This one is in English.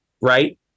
right